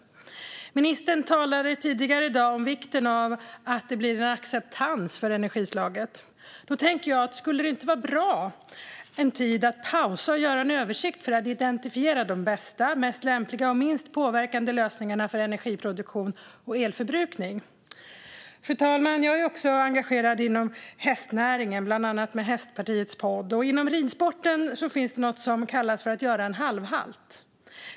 Ministern talade tidigare i dag om vikten av att det blir en acceptans för energislaget. Skulle det då inte vara bra att pausa en tid och göra en översikt för att identifiera de bästa och mest lämpliga och minst påverkande lösningarna för energiproduktion och elförbrukning? Fru talman! Jag är också engagerad inom hästnäringen, bland annat med Hästpartiets Podcast. Inom ridsporten finns det något som kallas att göra en halvhalt.